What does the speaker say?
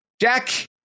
Jack